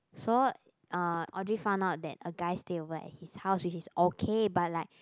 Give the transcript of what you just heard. so uh Audrey found out that a guy stay over at his house which is okay but like